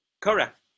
correct